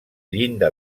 llinda